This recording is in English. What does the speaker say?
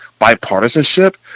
bipartisanship